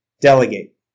delegate